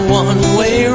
one-way